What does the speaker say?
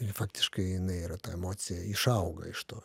ir faktiškai jinai yra ta emocija išauga iš to